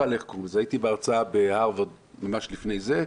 הייתי בהרצאה בהרוורד ממש לפני זה.